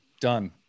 Done